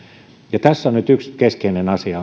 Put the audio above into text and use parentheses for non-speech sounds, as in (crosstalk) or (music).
ja tässä nyt yksi keskeinen asia (unintelligible)